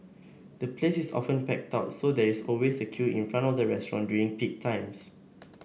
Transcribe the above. the place is often packed out so there is always a queue in front of the restaurant during peak times